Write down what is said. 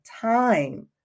time